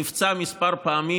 נפצע כמה פעמים,